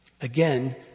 Again